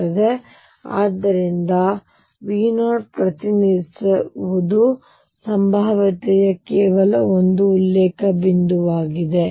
ಮತ್ತು ಆದ್ದರಿಂದ V0 ಪ್ರತಿನಿಧಿಸುವದು ಸಂಭಾವ್ಯತೆಗೆ ಕೇವಲ ಒಂದು ಉಲ್ಲೇಖ ಬಿಂದುವಾಗಿದೆ